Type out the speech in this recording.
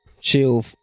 chill